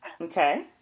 Okay